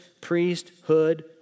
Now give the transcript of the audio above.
priesthood